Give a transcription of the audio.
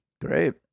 Great